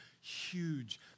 huge